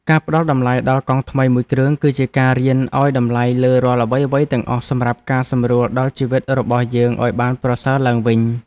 ការផ្ដល់តម្លៃដល់កង់ថ្មីមួយគ្រឿងគឺជាការរៀនឱ្យតម្លៃលើរាល់អ្វីៗទាំងអស់សម្រាប់ការសម្រួលដល់ជីវិតរបស់យើងឱ្យបានប្រសើរឡើងវិញ។